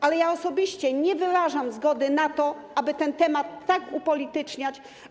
Ale ja osobiście nie wyrażam zgody na to, aby ten temat tak upolityczniać.